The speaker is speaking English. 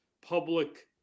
public